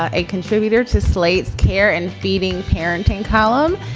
ah a contributor to slate care and feeding parenting column.